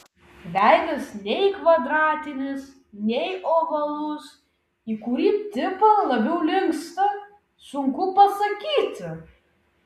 veidas nei kvadratinis nei ovalus į kurį tipą labiau linksta sunku pasakyti